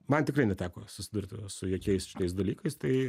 man tikrai neteko susidurti su jokiais šitais dalykais tai